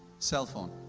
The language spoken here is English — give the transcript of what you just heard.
cellphone.